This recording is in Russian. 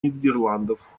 нидерландов